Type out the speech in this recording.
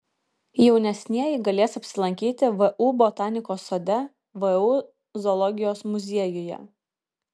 jaunesnieji galės apsilankyti vu botanikos sode vu zoologijos muziejuje